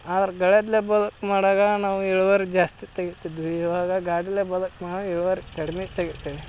ಅವ್ರು ಗಳದಲ್ಲೇ ಬದುಕು ಮಾಡಾಗ ನಾವು ಇಳುವರಿ ಜಾಸ್ತಿ ತೆಗಿತಿದ್ವಿ ಇವಾಗ ಗಾಡಿಲಿ ಬದುಕು ಮಾಡಿ ಇಳುವರಿ ಕಡಿಮೆ ತೆಗಿತೀವಿ